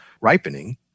ripening